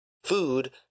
food